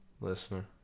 listener